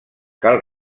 cal